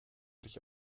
dich